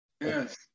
Yes